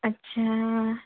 আচ্ছা